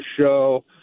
show